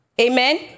Amen